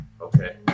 Okay